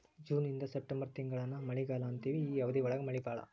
June ಇಂದ September ತಿಂಗಳಾನ ಮಳಿಗಾಲಾ ಅಂತೆವಿ ಈ ಅವಧಿ ಒಳಗ ಮಳಿ ಬಾಳ